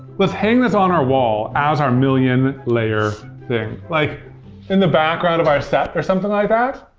let's hang this on our wall as our million layer thing. like in the background of our set, or something like that.